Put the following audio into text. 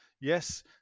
Yes